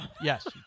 Yes